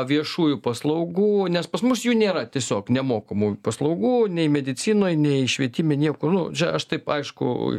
viešųjų paslaugų nes pas mus jų nėra tiesiog nemokamų paslaugų nei medicinoj nei švietime niekur nu čia aš taip aišku